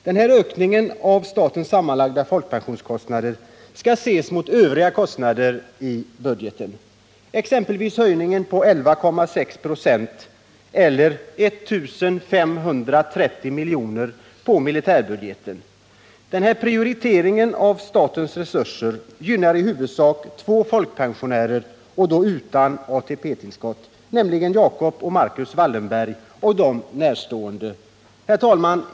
Det här ökningen av statens sammanlagda folkpensionskostnader skall ses mot övriga poster i budgeten, exempelvis höjningen på 11,6 96 eller 1 530 milj.kr. på militärbudgeten. Denna prioritering av statens resurser gynnar i huvudsak två folkpensionärer utan ATP-tillskott, nämligen Jacob och Marcus Wallenberg samt dem närstående. Herr talman!